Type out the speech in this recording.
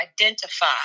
identify